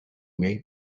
may